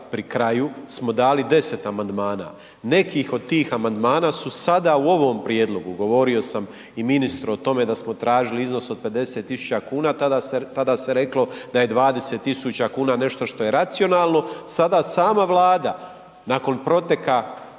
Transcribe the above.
pri kraju smo dali 10 amandmana. Neki od tih amandman su sada u ovom prijedlogu, govorio sam i ministru o tome da smo tražili iznos od 50 tisuća kuna a tada se reklo da je 20 tisuća kuna nešto što je racionalno, sada sama Vlada nakon protekla